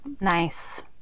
Nice